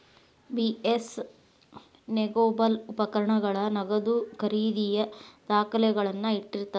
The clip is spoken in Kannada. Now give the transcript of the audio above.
ಬಿ.ಎಸ್ ನೆಗೋಬಲ್ ಉಪಕರಣಗಳ ನಗದು ಖರೇದಿಯ ದಾಖಲೆಗಳನ್ನ ಇಟ್ಟಿರ್ತದ